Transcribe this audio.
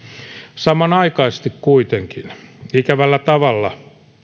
samanaikaisesti kuitenkin ikävällä tavalla